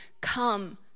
come